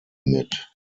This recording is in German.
mit